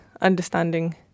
understanding